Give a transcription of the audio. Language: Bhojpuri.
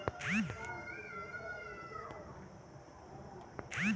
बैंक के लोन देवला से किरानी लोग के पईसा उधार नइखे लेवे के पड़त